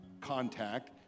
contact